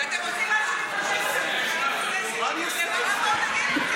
תעשו מה שאתם רוצים, אתם עושים מה שמתחשק לכם.